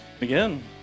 Again